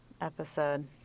episode